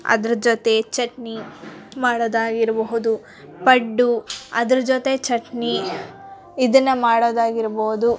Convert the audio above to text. ಅದ್ರ ಜೊತೆ ಚಟ್ನಿ ಮಾಡೋದಾಗಿರ್ಬೋದು ಪಡ್ಡು ಅದ್ರ ಜೊತೆ ಚಟ್ನಿ ಇದನ್ನ ಮಾಡೋದಾಗಿರ್ಬೋದು